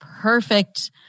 Perfect